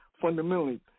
fundamentally